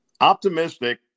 Optimistic